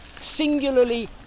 Singularly